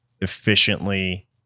efficiently